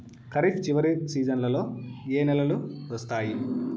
ఖరీఫ్ చివరి సీజన్లలో ఏ నెలలు వస్తాయి?